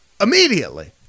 immediately